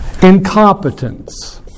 Incompetence